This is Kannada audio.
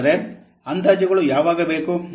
ಹಾಗಾದರೆ ಅಂದಾಜುಗಳು ಯಾವಾಗ ಬೇಕು